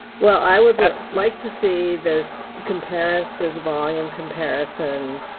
well, i would like to see this comparison this volume comparison.